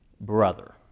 brother